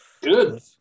Good